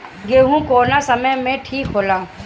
गेहू कौना समय मे ठिक होला?